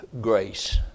grace